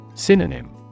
Synonym